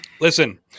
Listen